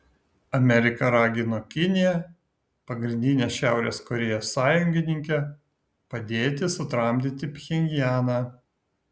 amerika ragino kiniją pagrindinę šiaurės korėjos sąjungininkę padėti sutramdyti pchenjaną